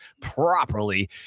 properly